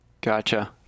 Gotcha